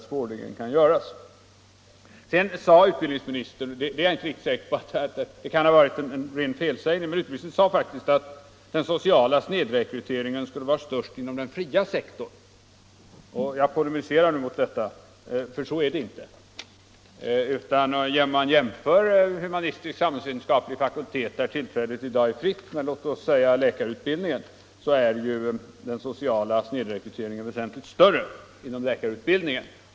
Sedan sade utbildningsministern faktiskt — det kan ha varit en ren felsägning — att den sociala snedrekryteringen skulle vara störst inom den fria sektorn. Jag polemiserar nu mot detta, för så är det inte. Om man jämför humanistisk och samhällsvetenskaplig fakultet, där tillträdet i dag är fritt, med läkarutbildningen kan man konstatera att den sociala snedrekryteringen är väsentligt större inom läkarutbildningen.